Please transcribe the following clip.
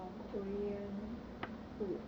or korean food